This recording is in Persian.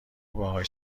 باهاش